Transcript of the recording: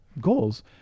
goals